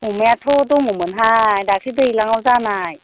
अमायाथ' दङ मोनहाय दासो दैज्लांआव जानाय